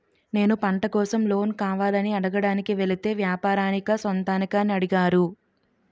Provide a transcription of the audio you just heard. నేను పంట కోసం లోన్ కావాలని అడగడానికి వెలితే వ్యాపారానికా సొంతానికా అని అడిగారు